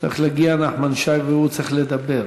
צריך להגיע נחמן שי והוא צריך לדבר,